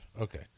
Okay